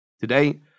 Today